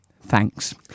Thanks